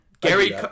Gary